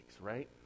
right